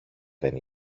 δεν